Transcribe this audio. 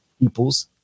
people's